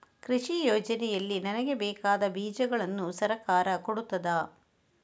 ಕೃಷಿ ಯೋಜನೆಯಲ್ಲಿ ನನಗೆ ಬೇಕಾದ ಬೀಜಗಳನ್ನು ಸರಕಾರ ಕೊಡುತ್ತದಾ?